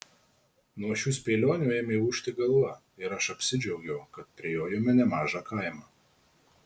nuo šių spėlionių ėmė ūžti galva ir aš apsidžiaugiau kad prijojome nemažą kaimą